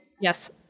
Yes